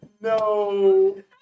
No